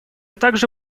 также